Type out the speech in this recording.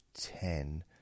ten